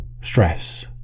Stress